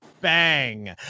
bang